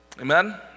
Amen